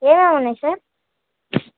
ఏమేమున్నాయి sir